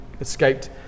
escaped